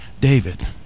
David